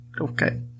Okay